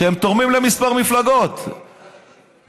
שהם תורמים למספר מפלגות בו-בזמן.